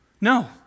no